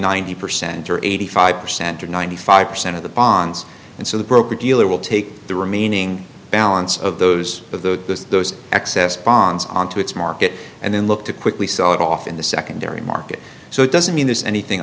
ninety percent or eighty five percent or ninety five percent of the bonds and so the broker dealer will take the remaining balance of those of the those excess bonds onto its market and then look to quickly sell it off in the secondary market so it doesn't mean